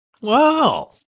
Wow